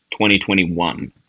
2021